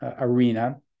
arena